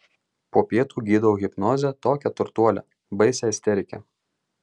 po pietų gydau hipnoze tokią turtuolę baisią isterikę